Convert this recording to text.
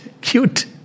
cute